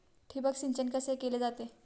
ठिबक सिंचन कसे केले जाते?